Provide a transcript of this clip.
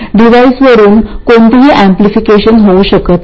डिव्हाइसवरून कोणतेही अंपलिफिकेशन होऊ शकत नाही